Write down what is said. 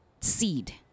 seed